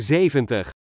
Zeventig